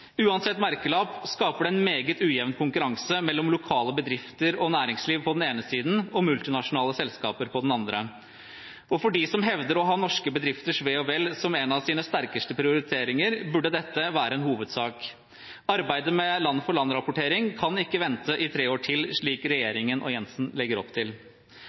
Uansett merkelapp skaper det en meget ujevn konkurranse mellom lokale bedrifter og lokalt næringsliv på den ene siden og multinasjonale selskaper på den andre. For dem som hevder å ha norske bedrifters ve og vel som en av sine sterkeste prioriteringer, burde dette være en hovedsak. Arbeidet med land-for-land-rapportering kan ikke vente i tre år til, slik regjeringen og Jensen legger opp til.